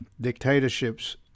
dictatorships